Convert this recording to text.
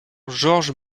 georges